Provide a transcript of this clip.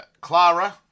Clara